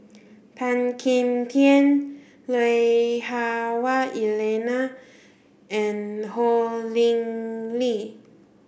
Tan Kim Tian Lui Hah Wah Elena and Ho Lee Ling